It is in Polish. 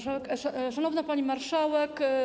Szanowna Pani Marszałek!